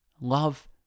love